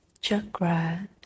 chakra